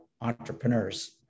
Entrepreneurs